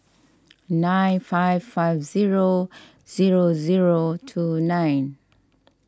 nine five five zero zero zero two nine